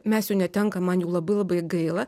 mes jų netenkam man jų labai labai gaila